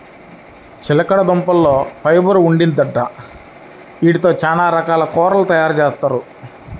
చిలకడదుంపల్లో ఫైబర్ ఉండిద్దంట, యీటితో చానా రకాల కూరలు తయారుజేత్తారు